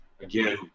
again